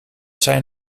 zijn